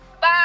Bye